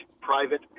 private